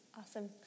Awesome